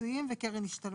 פיצויים וקרן השתלמות.